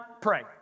pray